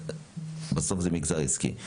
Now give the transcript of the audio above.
בסוף זה מגזר עסקי.